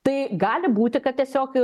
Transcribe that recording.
tai gali būti kad tiesiog